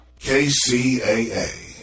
KCAA